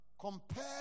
compare